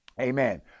amen